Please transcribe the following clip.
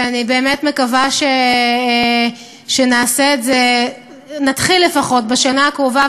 ואני באמת מקווה שנתחיל לפחות בשנה הקרובה,